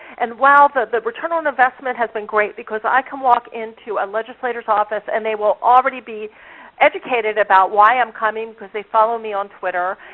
and wow, the return on investment has been great because i can walk into a legislator's office, and they will already be educated about why i'm coming because they follow me on twitter.